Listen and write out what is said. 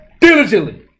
Diligently